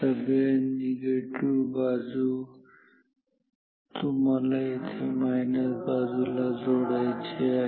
सगळ्या निगेटिव्ह बाजू तुम्हाला इथे मायनस बाजूला जोडायचे आहेत